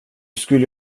skulle